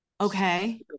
okay